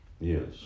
Yes